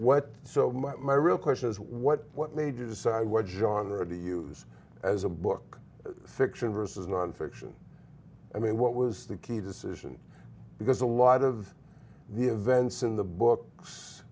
what so my real question is what made you decide what genre to use as a book fiction versus nonfiction i mean what was the key decision because a lot of the events in the books